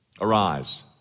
Arise